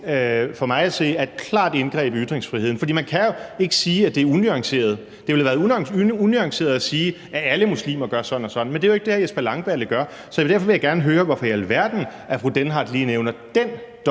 for mig at se er et klart indgreb i ytringsfriheden. For man kan jo ikke sige, at det er unuanceret. Det ville have været unuanceret at sige, at alle muslimer gør sådan og sådan, men det er jo ikke det, hr. Jesper Langballe gjorde. Så derfor vil jeg gerne høre, hvorfor i alverden fru Karina Lorenzen Dehnhardt lige nævner den dom